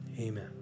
Amen